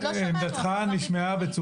עוד לא שמענו, אנחנו כבר מתווכחים.